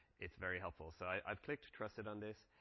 it's very helpful. so i've clicked trusted on this.